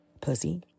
Pussy